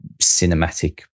cinematic